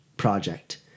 project